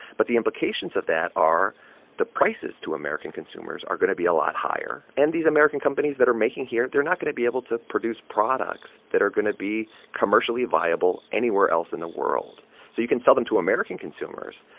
but the implications of that are the prices to american consumers are going to be a lot higher. and these american companies that are making here they're not going to be able to produce products that are going to be commercially viable anywhere else in the world. so you can sell them to american consumers,